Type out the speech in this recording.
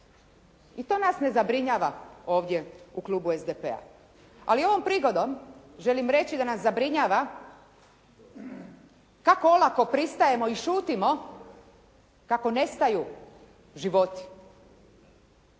I to nas ne zabrinjava ovdje u klubu SDP-a. Ali ovom prigodom želim reći da nas zabrinjava kako olako pristajemo i šutimo kako nestaju životi.